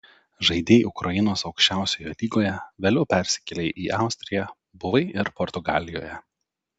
žaidei ukrainos aukščiausioje lygoje vėliau persikėlei į austriją buvai ir portugalijoje